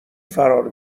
فرار